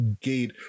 gate